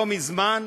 לא מזמן,